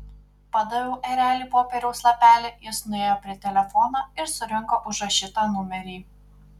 padaviau ereliui popieriaus lapelį jis nuėjo prie telefono ir surinko užrašytą numerį